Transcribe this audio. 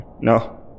No